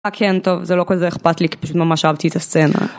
אה כן, טוב, זה לא כזה אכפת לי, פשוט ממש אהבתי את הסצנה.